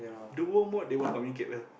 duo mode they won't communicate well